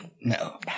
No